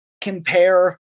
compare